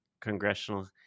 congressional